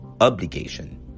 obligation